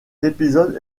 épisode